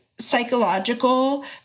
psychological